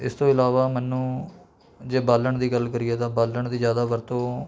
ਇਸ ਤੋਂ ਇਲਾਵਾ ਮੈਨੂੰ ਜੇ ਬਾਲਣ ਦੀ ਗੱਲ ਕਰੀਏ ਤਾਂ ਬਾਲਣ ਦੀ ਜ਼ਿਆਦਾ ਵਰਤੋਂ